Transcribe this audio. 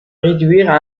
réduire